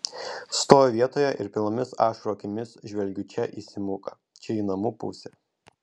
stoviu vietoje ir pilnomis ašarų akimis žvelgiu čia į simuką čia į namų pusę